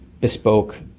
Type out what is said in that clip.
bespoke